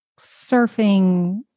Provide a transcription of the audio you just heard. surfing